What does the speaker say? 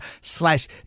slash